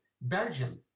belgium